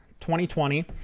2020